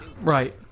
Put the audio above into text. Right